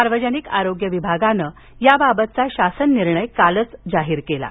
सार्वजनिक आरोग्य विभागानं याबाबतचा शासन निर्णय काल जारी केला आहे